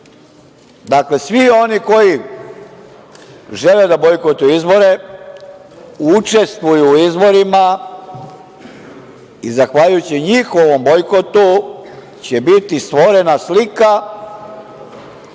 nema. Dakle, svi oni koji žele da bojkotuju izbore, učestvuju u izborima i zahvaljujući njihovim bojkotu će biti stvorena slika